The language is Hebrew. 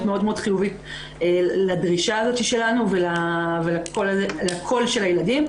מאוד חיובית לדרישה הזו שלנו ולקול של הילדים.